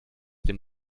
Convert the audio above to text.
dem